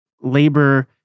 labor